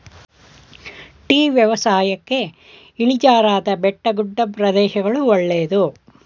tea ವ್ಯವಸಾಯಕ್ಕೆ ಇಳಿಜಾರಾದ ಬೆಟ್ಟಗುಡ್ಡ ಪ್ರದೇಶಗಳು ಒಳ್ಳೆದು